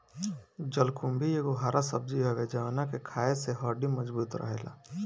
जलकुम्भी एगो हरा सब्जी हवे जवना के खाए से हड्डी मबजूत रहेला